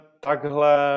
takhle